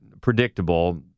predictable